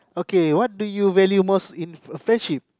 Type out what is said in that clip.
okay what do you value most in friendship